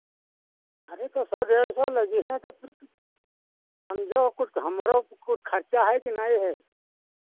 अरे तो सौ डेढ़ सौ लगिहे तो फिर समझो ओ कुछ हमरो तो कुछ खर्चा है कि नहीं है